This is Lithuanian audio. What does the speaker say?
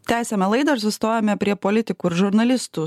tęsiame laidą ir sustojome prie politikų ir žurnalistų